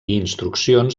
instruccions